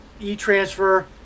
e-transfer